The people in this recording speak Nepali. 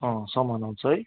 अँ सामान आउँछ है